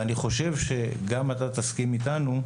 ואני חושב שגם אתה תסכים איתנו,